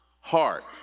heart